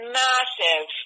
massive